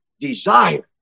desire